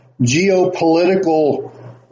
geopolitical